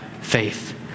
faith